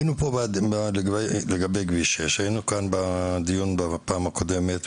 היינו פה כבר לגבי כביש 6. היינו כאן בדיון בפעם הקודמת,